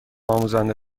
آموزنده